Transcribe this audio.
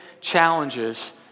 challenges